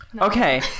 Okay